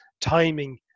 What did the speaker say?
timing